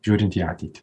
žiūrint į ateitį